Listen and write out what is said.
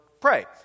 pray